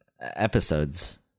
episodes